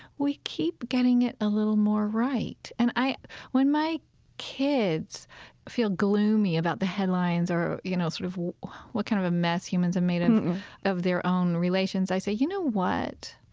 we keep getting it a little more right. and i when my kids feel gloomy about the headlines or, you know, sort of what kind of a mess humans have made and of their own relations, i say, you know what?